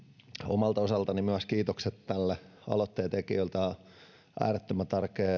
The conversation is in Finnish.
omalta osaltani myös kiitokset aloitteen tekijöille tämä on äärettömän